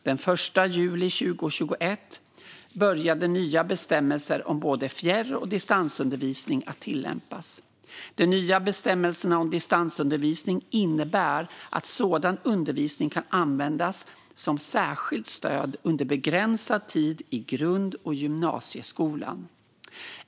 Den 1 juli 2021 började nya bestämmelser om både fjärr och distansundervisning att tillämpas. De nya bestämmelserna om distansundervisning innebär att sådan undervisning kan användas som särskilt stöd under en begränsad tid i grund och gymnasieskolan.